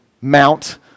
mount